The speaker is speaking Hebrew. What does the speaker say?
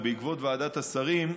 בעקבות ועדת השרים,